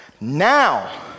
now